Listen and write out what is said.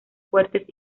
fuertes